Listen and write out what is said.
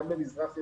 גם במזרח ירושלים,